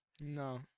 No